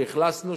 שאכלסנו,